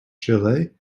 chile